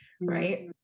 right